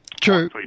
True